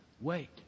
wait